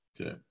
okay